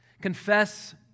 Confess